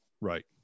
Right